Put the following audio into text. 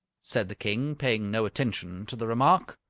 said the king, paying no attention to the remark,